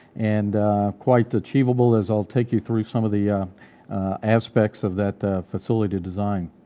and quite achievable as i'll take you through some of the aspects of that facility design.